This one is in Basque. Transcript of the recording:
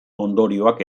ondorioak